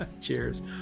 Cheers